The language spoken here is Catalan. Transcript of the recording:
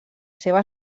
seva